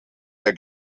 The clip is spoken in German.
der